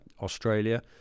Australia